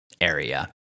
area